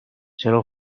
چرا